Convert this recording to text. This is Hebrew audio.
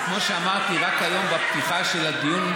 כמו שאמרתי רק היום בפתיחת הדיון,